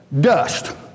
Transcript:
Dust